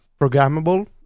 programmable